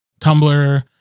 Tumblr